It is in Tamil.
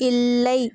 இல்லை